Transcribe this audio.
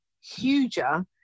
huger